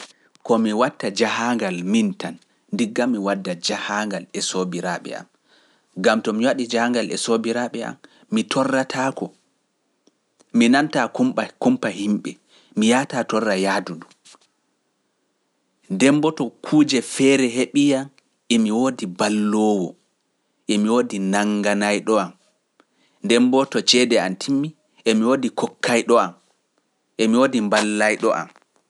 Komi watta jahaangal min tan, ndiggammi wadda jahaangal e soobiraaɓe am, ngam to mi waɗi jahaangal e soobiraaɓe am, mi torrataako, mi nantaa kumpa kumpa himɓe, mi yahataa torra yahdu ndu. Nde mboo to kuuje feere heɓiiyam, emi woodi balloowo, emi woodi nannganayɗo am, ndeen mboo to ceede am timmi, emi woodi kokkayɗo am, emi woodi mballayɗo am.